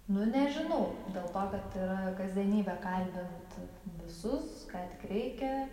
nu nežinau dėl to kad yra kasdienybė kalbint visus ką tik reikia